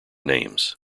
names